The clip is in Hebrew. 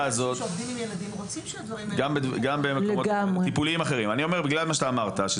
מה שאתה אמרת,